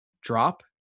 Drop